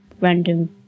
random